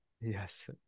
Yes